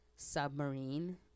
submarine